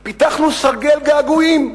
פיתחנו סרגל געגועים.